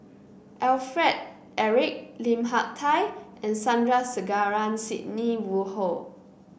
Alfred Eric Lim Hak Tai and Sandrasegaran Sidney Woodhull